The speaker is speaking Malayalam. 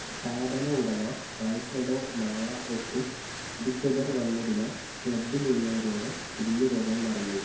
സ്ഥാപന ഉടമ ആൽഫ്രെഡോ മായ ഒർട്ടിസ് അധികൃതർ വന്നതിനാൽ ക്ലബ്ബിലുള്ളവരോട് പിരിഞ്ഞുപോകാൻ പറഞ്ഞു